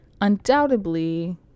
undoubtedly